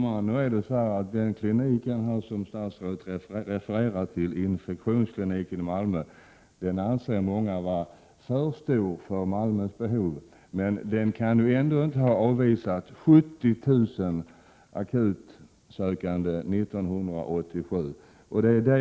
Fru talman! Den klinik som statsrådet refererade till är infektionskliniken i Malmö. Den anser många vara för stor för Malmös behov, men den kan ändå inte ha avvisat 70 000 sökande av akut vård 1987.